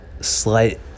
slight